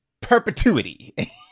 perpetuity